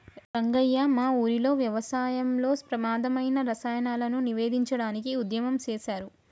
రంగయ్య మా ఊరిలో వ్యవసాయంలో ప్రమాధమైన రసాయనాలను నివేదించడానికి ఉద్యమం సేసారు